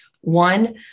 one